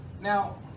Now